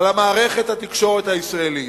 על מערכת התקשורת הישראלית.